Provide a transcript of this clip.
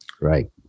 right